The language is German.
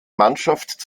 mannschaft